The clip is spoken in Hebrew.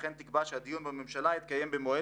וכן תקבע שהדיון בממשלה יתקיים במועד